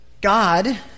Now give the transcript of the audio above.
God